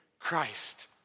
christ